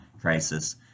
crisis